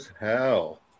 Hell